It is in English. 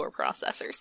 processors